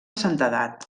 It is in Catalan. santedat